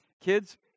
kids